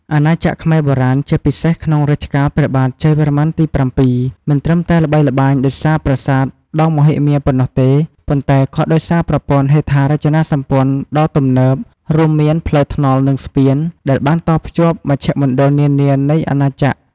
អាណាចក្រខ្មែរបុរាណ ជាពិសេសក្នុងរជ្ជកាលព្រះបាទ ជ័យវរ្ម័នទី៧ មិនត្រឹមតែល្បីល្បាញដោយសារប្រាសាទដ៏មហិមាប៉ុណ្ណោះទេ ប៉ុន្តែក៏ដោយសារប្រព័ន្ធហេដ្ឋារចនាសម្ព័ន្ធដ៏ទំនើប រួមមាន ផ្លូវថ្នល់ និងស្ពាន ដែលបានតភ្ជាប់មជ្ឈមណ្ឌលនានានៃអាណាចក្រ។